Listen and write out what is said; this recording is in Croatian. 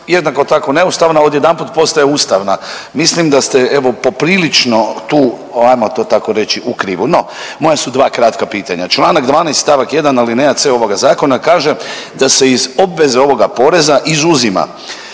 jednako tako, neustavna, odjedanput ostaje ustavna. Mislim da ste evo, poprilično tu ajmo to tako reći, u krivu. No, moja su dva kratka pitanja. Čl. 12 st. 1 alineja c ovoga zakona kaže da se iz obveze ovoga poreza izuzima